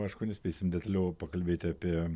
aišku nespėsim detaliau pakalbėti apie